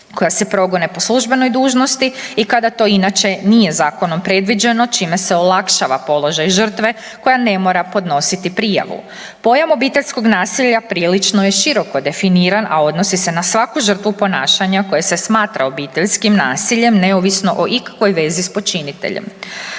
koja se progone po službenoj dužnosti i kada to inače nije zakonom predviđeno, čime se olakšava položaj žrtve, koja ne mora podnositi prijavu. Pojam obiteljskog nasilja prilično je široko definiran, a odnosi se na svaku žrtvu ponašanja koja se smatra obiteljskim nasiljem neovisno o ikakvoj vezi s počiniteljem.